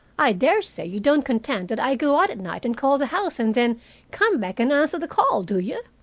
i daresay you don't contend that i go out at night and call the house, and then come back and answer the call, do you?